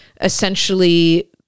essentially